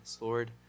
Lord